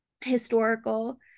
historical